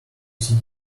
see